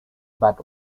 but